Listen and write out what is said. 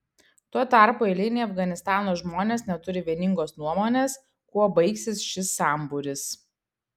tuo tarpu eiliniai afganistano žmonės neturi vieningos nuomonės kuo baigsis šis sambūris